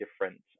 different